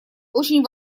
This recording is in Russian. очень